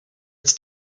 its